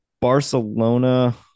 Barcelona